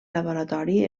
laboratori